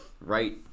right